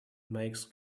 makes